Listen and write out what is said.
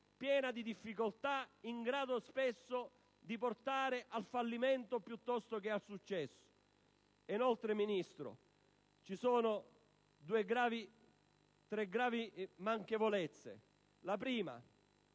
piena di difficoltà, spesso in grado di portare al fallimento piuttosto che al successo. Inoltre, Ministro, ci sono gravi manchevolezze, tra